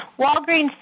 Walgreens